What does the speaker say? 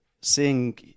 seeing